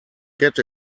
get